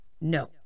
No